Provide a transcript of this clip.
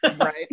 Right